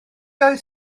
oedd